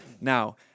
Now